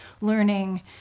learning